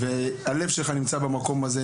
והלב שלך נמצא במקום הזה,